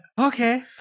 Okay